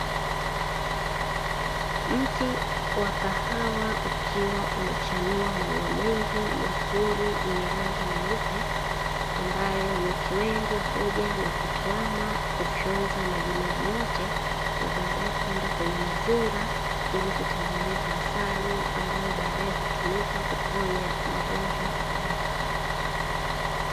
Mti wa kahawa ukiwa umechanua maua mengi mazuri yenye rangi nyeupe, ambayo nyuki wengi huja na kutuama kufyonza majimaji yote na baadaye kwenda kwenye mizinga, ili kutengeneza asali ambayo baadaye hutumika kuponya magonjwa mbalimbali.